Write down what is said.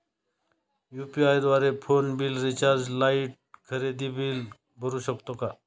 UPI द्वारे phone bill, recharge, light, खरेदी bill भरू शकतो का?